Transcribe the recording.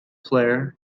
player